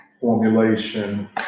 formulation